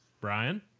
Brian